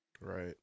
Right